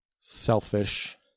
selfish